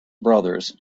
brothers